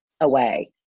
away